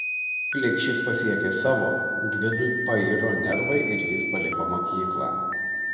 plikšis pasiekė savo gvidui pairo nervai ir jis paliko mokyklą